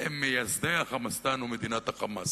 הם מייסדי "חמאסטן" מדינת ה"חמאס".